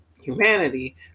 humanity